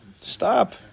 stop